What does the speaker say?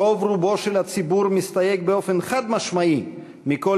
רוב-רובו של הציבור מסתייג באופן חד-משמעי מכל